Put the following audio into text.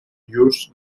llurs